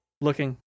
looking